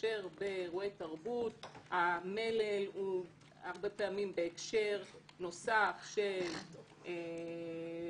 כאשר באירועי תרבות המלל הוא הרבה פעמים בהקשר נוסף של צלילים,